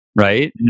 right